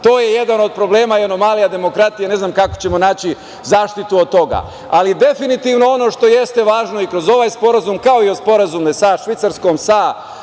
To je jedan do problema i anomalija demokratije, ne znam kako ćemo naći zaštitu od toga. Ali, definitivno ono što jeste važno i kroz ovaj sporazum, kao i o sporazumima sa Švajcarskom, sa